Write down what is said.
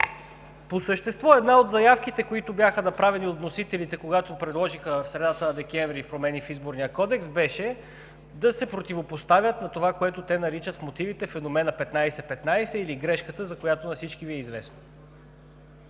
По същество. Една от заявките, които бяха направени от вносителите, когато предложиха в средата на декември промени в Изборния кодекс, беше да се противопоставят на това, което те наричат в мотивите „феномена 15/15“, или грешката, за която на всички Ви е известно.